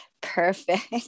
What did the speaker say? perfect